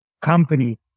company